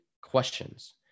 questions